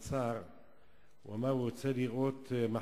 כשהוא נבחר להיות שר האוצר,